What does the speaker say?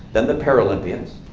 then the paralympians.